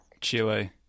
Chile